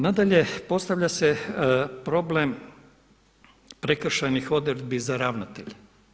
Nadalje, postavlja se problem prekršajnih odredbi za ravnatelje.